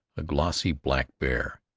a glossy blackbear,